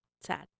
Sad